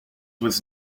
was